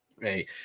Hey